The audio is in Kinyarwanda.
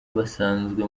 basanzwe